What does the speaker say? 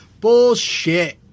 Bullshit